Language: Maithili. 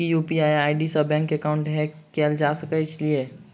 की यु.पी.आई आई.डी सऽ बैंक एकाउंट हैक कैल जा सकलिये?